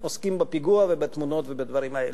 עוסקים בפיגוע ובתמונות ובדברים האלה.